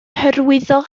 hyrwyddo